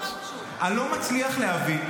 אני לא מצליח להבין.